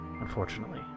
Unfortunately